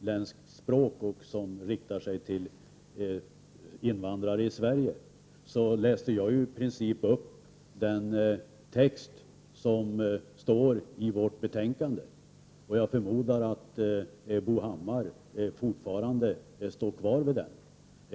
utländska språk och som riktar sig till invandrare i Sverige, läste jag i princip upp den text som står att läsa i utskottets betänkande. Jag förmodar att Bo Hammar fortfarande står bakom den.